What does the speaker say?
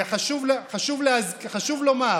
וחשוב לומר,